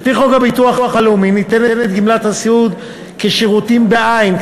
לפי חוק הביטוח הלאומי ניתנת גמלת הסיעוד כשירותים בעין,